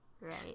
Right